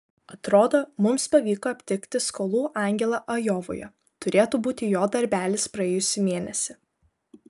atrodo mums pavyko aptikti skolų angelą ajovoje turėtų būti jo darbelis praėjusį mėnesį